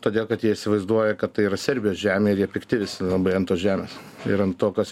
todėl kad jie įsivaizduoja kad tai yra serbijos žemėje ir jie pikti visi labai ant tos žemės ir ant to kas